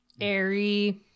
airy